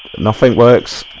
nothing works